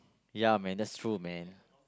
ya man that's true man